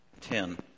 ten